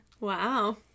Wow